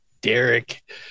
Derek